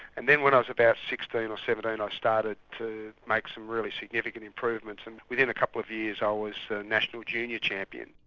and then when i was about sixteen or seventeen i started to make some really significant improvements and within a couple of years i was national junior champion.